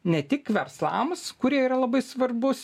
ne tik verslams kurie yra labai svarbus